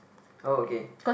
oh okay